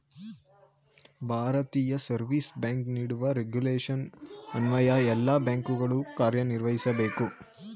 ಭಾರತೀಯ reserve bank ನೀಡುವ regulation ಅನ್ವಯ ಎಲ್ಲ ಬ್ಯಾಂಕುಗಳು ಕಾರ್ಯನಿರ್ವಹಿಸಬೇಕು